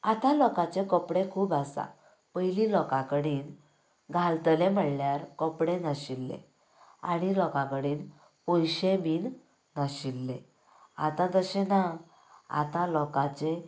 आता लोकाचे कपडे खूब आसा पयलीं लोका कडेन घालतले म्हळ्यार कपडे नाशिल्ले आनी लोकां कडेन पयशें बीन नाशिल्ले आतां तशें ना आता लोकांचे